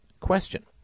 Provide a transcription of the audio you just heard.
question